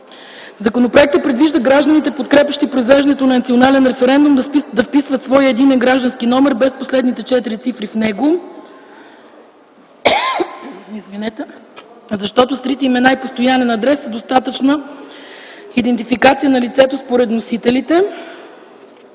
Законопроектът предвижда гражданите, подкрепящи произвеждането на национален референдум, да вписват своя единен граждански номер без последните четири цифри в него, защото с трите имена и постоянния адрес е достатъчна идентификация на лицето според вносителите.